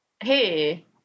hey